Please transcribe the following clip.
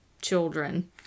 children